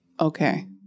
okay